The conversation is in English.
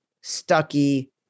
Stucky